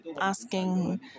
asking